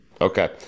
Okay